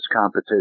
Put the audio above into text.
competition